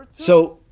so,